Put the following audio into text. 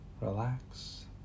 relax